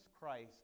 Christ